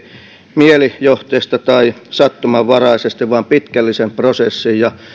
mielijohteesta tai sattumanvaraisesti vaan pitkällisen prosessin ja